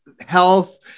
health